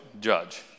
judge